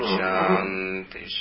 Shanti